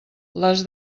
les